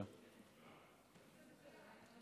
בבקשה.